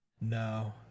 No